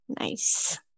Nice